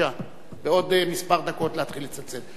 בעוד דקות מספר להתחיל לצלצל.